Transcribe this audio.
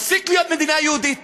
נפסיק להיות מדינה יהודית.